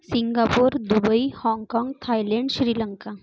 Singapore Dubai हाँगकाँग Thailand Sri Lanka